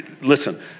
Listen